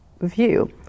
view